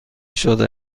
شده